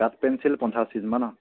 কাঠ পেঞ্চিল পঞ্চাছ পিচমান ন